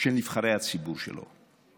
של נבחרי הציבור שלו.